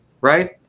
right